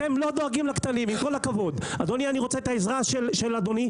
אני רוצה את העזרה של אדוני,